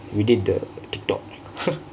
we did tiktok